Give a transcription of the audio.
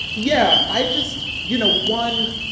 yeah. i just you know, one,